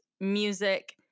music